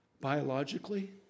biologically